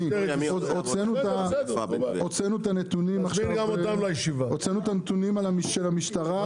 הוצאנו את הנתונים של המשטרה.